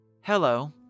Hello